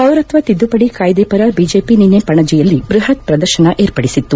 ಪೌರತ್ವ ತಿದ್ಲುಪಡಿ ಕಾಯ್ದೆ ಪರ ಬಿಜೆಪಿ ನಿನ್ನೆ ಪಣಜಿಯಲ್ಲಿ ಬೃಪತ್ ಪ್ರದರ್ಶನ ಏರ್ಪಡಿಸಿತ್ತು